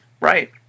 right